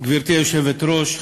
גברתי היושבת-ראש,